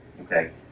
okay